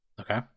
Okay